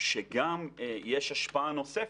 שגם יש השפעה נוספת.